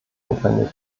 notwendig